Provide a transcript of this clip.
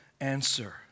answer